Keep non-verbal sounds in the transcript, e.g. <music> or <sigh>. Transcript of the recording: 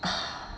<breath>